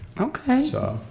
Okay